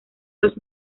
los